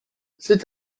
cet